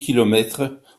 kilomètres